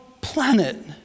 planet